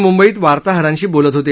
मुंबईत ते वार्ताहरांशी बोलत होते